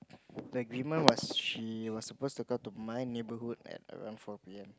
the agreement was she was supposed to come to my neighbourhood at around four P_M